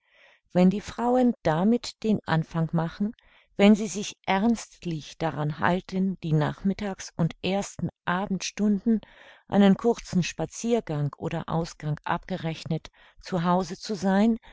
wenn die frauen damit den anfang machen wenn sie sich ernstlich daran halten die nachmittags und ersten abendstunden einen kurzen spaziergang oder ausgang abgerechnet zu hause zu sein